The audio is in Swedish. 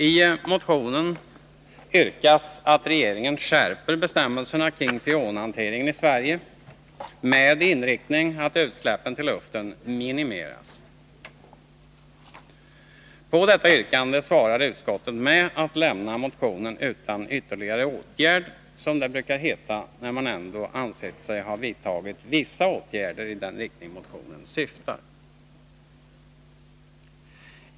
I motionen yrkas att regeringen skärper bestämmelserna kring freonhanteringen i Sverige med inriktning att utsläppen till luften minimeras. På detta yrkande svarar utskottet med att föreslå att motionen lämnas utan ytterligare åtgärd, som det brukar heta när man ändå ansett sig ha vidtagit vissa åtgärder i den riktning motionen syftar.